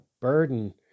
burden